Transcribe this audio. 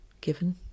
given